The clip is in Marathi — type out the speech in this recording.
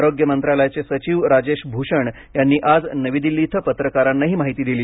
आरोग्य मंत्रालयाचे सचिव राजेश भूषण यांनी आज नवी दिल्ली इथं पत्रकारांना ही माहिती दिली